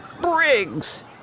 Briggs